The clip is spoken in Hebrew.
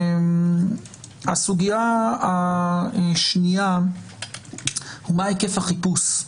סוגיה שנייה היא מה היקף החיפוש.